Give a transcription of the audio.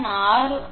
85 R 1